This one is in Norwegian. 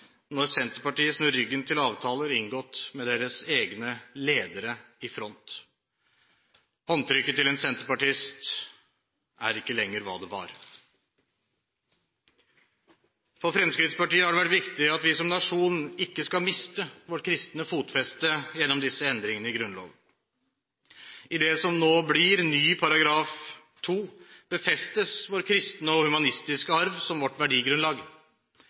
når Senterpartiet snur ryggen til avtalen som er inngått med deres egne ledere i front. Håndtrykket til en senterpartist er ikke lenger hva det var. For Fremskrittspartiet har det vært viktig at vi som nasjon ikke skal miste vårt kristne fotfeste gjennom disse endringene i Grunnloven. I det som nå blir ny § 2, befestes vår kristne og humanistiske arv som vårt verdigrunnlag.